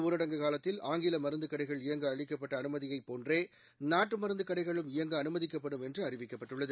ஊரடங்கு காலத்தில் ஆங்கிலமருந்துகடைகள் இயங்கஅளிக்கப்பட்டஅனுமதியைப் முழு போன்றேநாட்டுமருந்துகடைகளும் இயங்கஅனுமதிக்கப்படும் என்றுஅறிவிக்கப்பட்டுள்ளது